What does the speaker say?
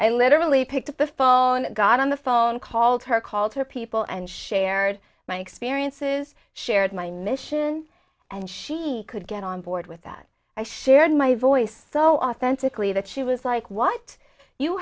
i literally picked up the phone got on the phone called her called her people and shared my experiences shared my mission and she could get on board with that i shared my voice so authentically that she was like what you